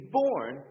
born